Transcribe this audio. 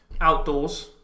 outdoors